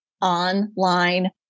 online